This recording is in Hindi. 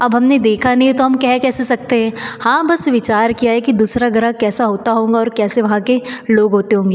अब हमने देखा नहीं है तो कह कैसे सकते हैं हाँ बस विचार किया है कि दूसरा ग्रह कैसा होता होगा और कैसे वहाँ के लोग होते होंगे